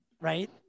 right